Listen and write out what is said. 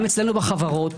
גם אצלנו בחברות